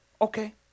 Okay